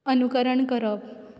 अनुकरण करप